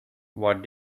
what